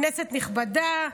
כנסת נכבדה,